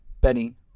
Benny